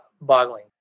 boggling